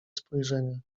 spojrzenia